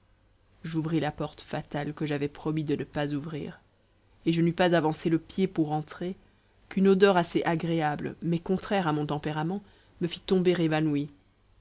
j'ouvris la porte fatale que j'avais promis de ne pas ouvrir et je n'eus pas avancé le pied pour entrer qu'une odeur assez agréable mais contraire à mon tempérament me fit tomber évanoui